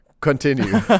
Continue